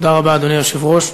תודה רבה, אדוני היושב-ראש.